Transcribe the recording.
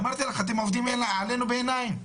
ואמרתי לך אתם עובדים עלינו בעיניים.